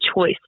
choice